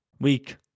week